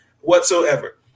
whatsoever